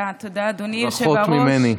ברכות ממני.